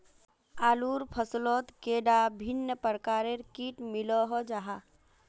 आलूर फसलोत कैडा भिन्न प्रकारेर किट मिलोहो जाहा?